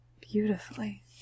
Beautifully